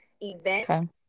event